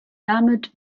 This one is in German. damit